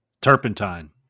turpentine